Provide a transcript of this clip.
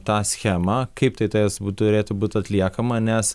tą schemą kaip tai turės būt turėtų būt atliekama nes